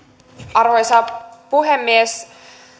arvoisa puhemies